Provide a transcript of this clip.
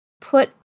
put